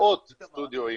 מאות סטודיואים,